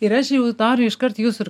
ir aš jau viktorija iškart jūsų ir